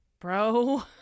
bro